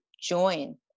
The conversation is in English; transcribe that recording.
join